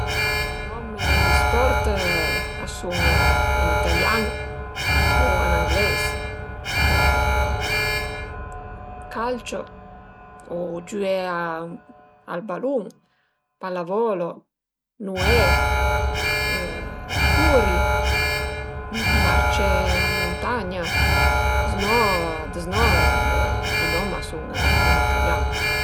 I nom d'gli sport a sun ën italian u ën angleis calcio o giüé al balun, pallavolo, nué curi, marcé ën muntagna, z'no dëzno i nom a sun ën italian